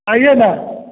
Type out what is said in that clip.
आइए ना